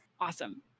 Awesome